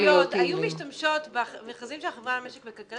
אם מאה אחוז מהרשויות היו משתמשות במכרזים של החברה למשק וכלכלה,